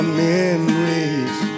memories